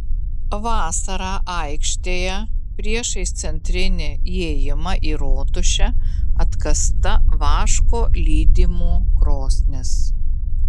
vasarą aikštėje priešais centrinį įėjimą į rotušę atkasta vaško lydymo krosnis